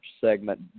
segment